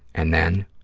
and then,